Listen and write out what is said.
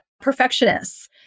perfectionists